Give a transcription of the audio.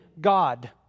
God